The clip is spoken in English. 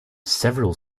several